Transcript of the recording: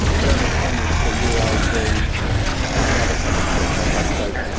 thermal cameras for you i these are another topic two ok so